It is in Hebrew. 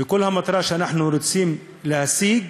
וכל המטרה שאנחנו רוצים להשיג